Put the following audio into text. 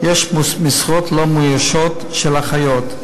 יש משרות לא מאוישות של אחיות.